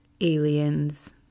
Aliens